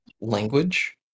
language